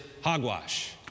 hogwash